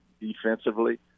defensively